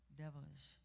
devilish